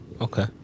okay